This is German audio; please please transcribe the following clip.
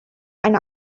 eine